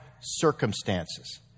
circumstances